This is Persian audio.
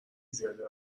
زیاده